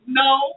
No